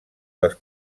dels